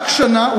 רק שנה,